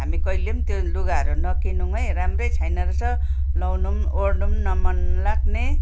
हामी कहिल्यै पनि त्यो लुगाहरू नकिन्नु है राम्रै छैन रहेछ लगाउनु न ओढ्न नि न मन लाग्ने